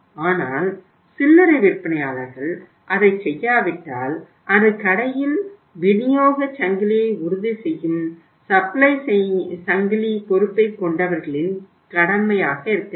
ஆனால் சில்லறை விற்பனையாளர்கள் அதைச் செய்யாவிட்டால் அது கடையில் விநியோகச் சங்கிலியை உறுதி செய்யும் சப்ளை சங்கிலி பொறுப்பை கொண்டவர்களின் கடமையாக இருக்க வேண்டும்